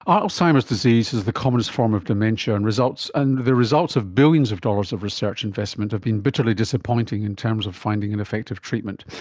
alzheimer's disease is the commonest form of dementia, and and the results of billions of dollars of research investment have been bitterly disappointing in terms of finding an effective treatment.